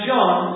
John